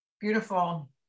beautiful